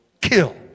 kill